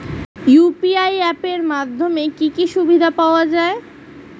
UPI app এর মাধ্যমে কি কি সুবিধা পাওয়া যায়?